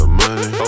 money